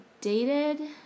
dated